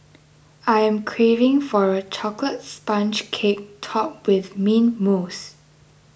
I am craving for a Chocolate Sponge Cake Topped with Mint Mousse